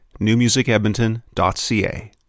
newmusicedmonton.ca